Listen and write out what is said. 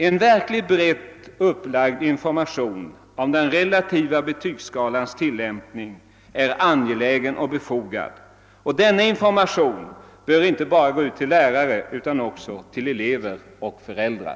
En verkligt brett upplagd information om den relativa betygsskalans tilllämpning är angelägen och befogad, och den informationen bör inte bara gå ut till lärare utan också till elever och föräldrar.